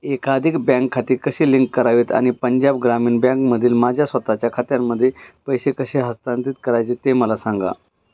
एकाधिक बँक खाते कसे लिंक करावेत आणि पंजाब ग्रामीण बँकमधील माझ्या स्वतःच्या खात्यांमध्ये पैसे कसे हस्तांतरित करायचे ते मला सांगा